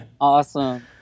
Awesome